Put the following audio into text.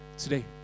today